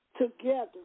together